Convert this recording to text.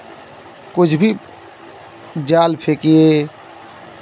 कुछ भी जाल फेंकिए